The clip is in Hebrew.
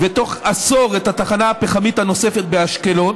ובתוך עשור, את התחנה הפחמית הנוספת באשקלון.